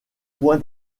point